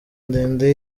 ndende